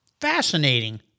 fascinating